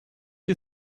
you